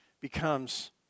becomes